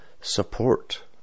support